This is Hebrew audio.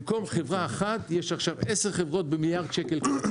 כך שבמקום חברה אחת יש עכשיו עשר חברות במיליארד שקל כל אחת.